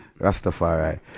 Rastafari